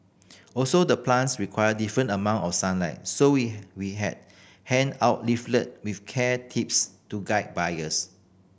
also the plants require different amount of sunlight so we had hand out leaflet with care tips to guide buyers